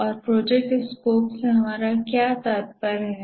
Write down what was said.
और project scope से हमारा क्या तात्पर्य है